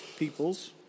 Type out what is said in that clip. people's